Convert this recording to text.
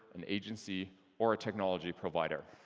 and agency, or technology provider.